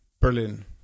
Berlin